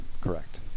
correct